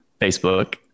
Facebook